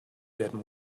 werden